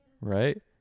Right